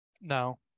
No